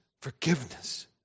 forgiveness